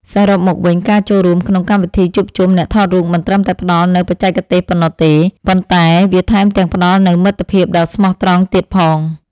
សរុបមកវិញការចូលរួមក្នុងកម្មវិធីជួបជុំអ្នកថតរូបមិនត្រឹមតែផ្តល់នូវបច្ចេកទេសប៉ុណ្ណោះទេ ប៉ុន្តែ វាថែមទាំងផ្តល់នូវមិត្តភាពដ៏ស្មោះត្រង់ទៀតផង។